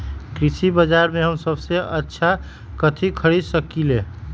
कृषि बाजर में हम सबसे अच्छा कथि खरीद सकींले?